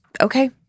Okay